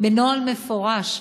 בנוהל מפורש.